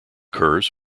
curves